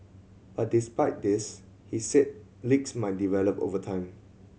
but despite this he said leaks might develop over time